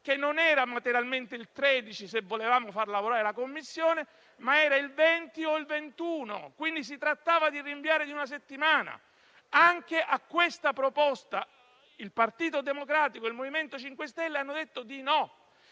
non poteva essere il 13 se volevamo far lavorare la Commissione, ma il 20 o il 21 luglio, quindi si trattava di rinviare di una settimana. Anche a questa proposta il Partito Democratico e il MoVimento 5 Stelle hanno detto di no.